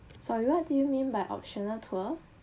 so what do you mean by optional tour